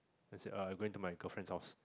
I said ah I going to my girlfriend's house